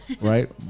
Right